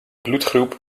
bloedgroep